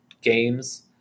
games